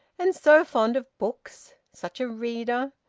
and so fond of books, such a reader,